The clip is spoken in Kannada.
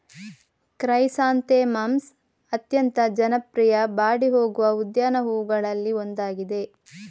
ಕ್ರೈಸಾಂಥೆಮಮ್ಸ್ ಅತ್ಯಂತ ಜನಪ್ರಿಯ ಬಾಡಿ ಹೋಗುವ ಉದ್ಯಾನ ಹೂವುಗಳಲ್ಲಿ ಒಂದಾಗಿದೆ